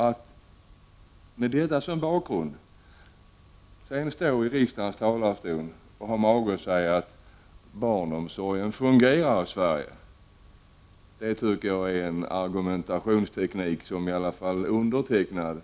Att mot den bakgrunden ha mage att stå i riksdagens talarstol och säga att barnomsorgen fungerar i Sverige uppfattar jag som en argumentationsteknik som åtminstone